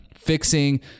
Fixing